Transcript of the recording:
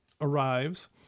arrives